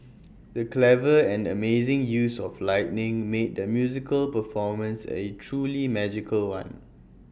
the clever and amazing use of lighting made the musical performance A truly magical one